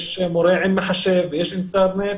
של מורה עם מחשב ויש אינטרנט,